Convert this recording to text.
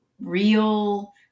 real